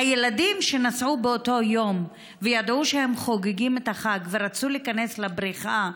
הילדים שנסעו באותו יום וידעו שהם חוגגים את החג ורצו להיכנס לבריכה,